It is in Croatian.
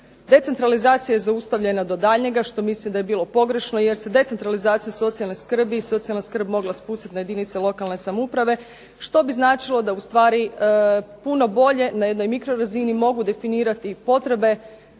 decentralizacija je zaustavljena do daljnjega što mislim da je bilo pogrešno, jer se decentralizaciju socijalne skrbi, socijalna skrb mogla spustiti na jedinice lokalne samouprave, što bi značilo da na neki način puno bolje na jednoj mikrorazini mogu definirati potrebe